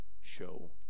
show